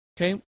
okay